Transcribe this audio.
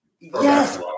Yes